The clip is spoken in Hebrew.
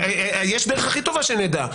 יש דרך הכי טובה שנדע,